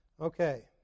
Okay